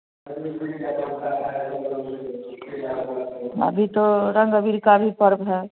अभी तो रंग अबीर का ही पर्व है